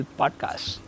podcast